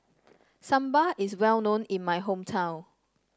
sambar is well known in my hometown